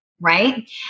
Right